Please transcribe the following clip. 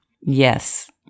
Yes